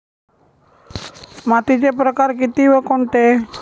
मातीचे प्रकार किती व कोणते?